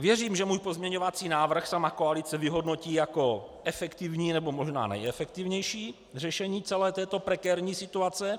Věřím, že můj pozměňovací návrh sama koalice vyhodnotí jako efektivní, nebo možná nejefektivnější řešení celé této prekérní situace.